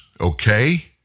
okay